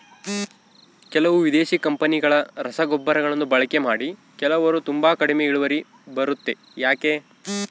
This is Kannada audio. ಕೆಲವು ವಿದೇಶಿ ಕಂಪನಿಗಳ ರಸಗೊಬ್ಬರಗಳನ್ನು ಬಳಕೆ ಮಾಡಿ ಕೆಲವರು ತುಂಬಾ ಕಡಿಮೆ ಇಳುವರಿ ಬರುತ್ತೆ ಯಾಕೆ?